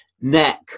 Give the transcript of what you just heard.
neck